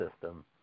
system